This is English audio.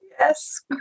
Yes